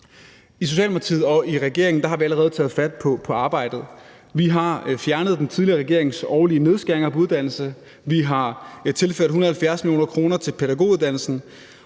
I Socialdemokratiet og i regeringen har vi allerede taget fat på arbejdet. Vi har fjernet den tidligere regerings årlige nedskæringer på uddannelse; vi har tilført 170 mio. kr. til pædagoguddannelsen;